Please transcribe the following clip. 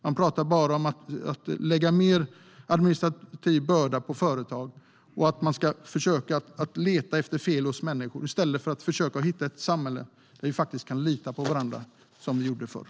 Man pratar bara om att lägga mer administrativ börda på företag och att man ska försöka leta efter fel hos människor i stället för att skapa ett samhälle där vi faktiskt kan lita på varandra - som vi gjorde förr.